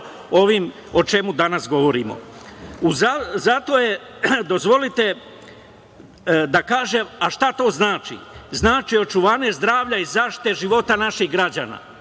ovim o čemu danas govorimo. Dozvolite da kažem šta to znači? Znači očuvanje zdravlja i zaštite života naših građana